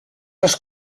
les